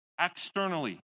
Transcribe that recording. externally